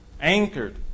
anchored